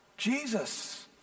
Jesus